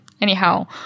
anyhow